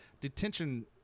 detention